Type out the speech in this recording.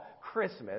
Christmas